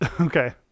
okay